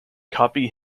copy